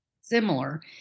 similar